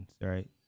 right